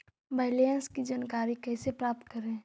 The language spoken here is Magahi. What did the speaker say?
बैलेंस की जानकारी कैसे प्राप्त करे?